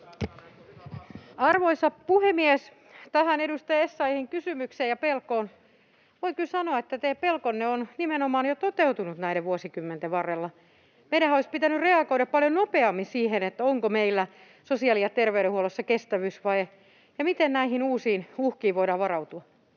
Arvoisa puhemies! Tähän edustaja Essayahin kysymykseen ja pelkoon voin kyllä sanoa, että teidän pelkonne on nimenomaan jo toteutunut näiden vuosikymmenten varrella. Meidänhän olisi pitänyt reagoida paljon nopeammin siihen, onko meillä sosiaali‑ ja terveydenhuollossa kestävyysvaje ja miten näihin uusiin uhkiin voidaan varautua.